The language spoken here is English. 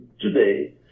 today